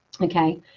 okay